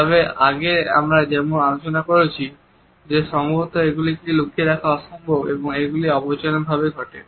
তবে আগে আমরা যেমন আলোচনা করেছি যে সম্ভবত এগুলো কি লুকিয়ে রাখা অসম্ভব এবং এগুলি অবচেতন ভাবে ঘটে